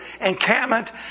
encampment